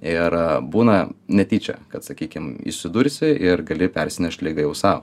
ir būna netyčia kad sakykim įsidursi ir gali persinešt ligą jau sau